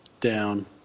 down